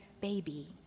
baby